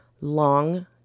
long